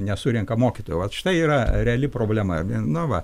nesurenka mokytojų vat štai yra reali problema nu va